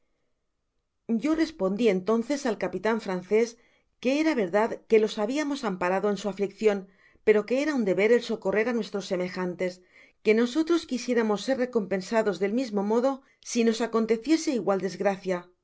yo respondi entonces al capitan francés que era verdad que los habiamos amparado en su afliccion pero que era un deber el socorrer á nuestros semejantes que nosotros quisiéramos ser recompensados del mismo modo ai nos aconteciese igual desgracia